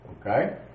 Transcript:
Okay